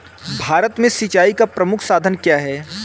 भारत में सिंचाई का प्रमुख साधन क्या है?